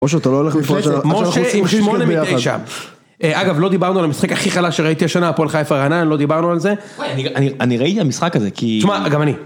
או שאתה לא הולך מפה, עכשיו אנחנו עושים שמונה מתשע. אגב, לא דיברנו על המשחק הכי חלש שראיתי השנה הפועל חיפה-רעננה, לא דיברנו על זה. שמע, אני ראיתי המשחק הזה, כי... תשמע, גם אני.